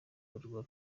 rwa